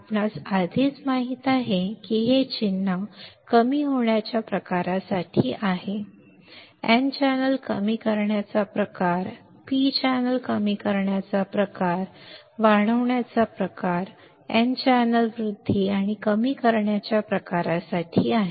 आपणास आधीच माहित आहे की हे चिन्ह कमी होण्याच्या प्रकारासाठी आहे N चॅनेल कमी करण्याचा प्रकार P चॅनेल कमी करण्याचा प्रकार वाढवण्याचा प्रकार N चॅनेल वृद्धी आणि कमी करण्याच्या प्रकारासाठी आहे